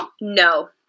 No